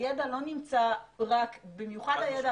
הידע לא נמצא כולו במיוחד הידע